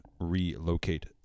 relocate